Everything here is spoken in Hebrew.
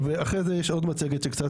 אחרי זה יש עוד מצגת ותוכלו לראות קצת